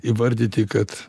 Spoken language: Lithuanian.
įvardyti kad